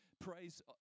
praise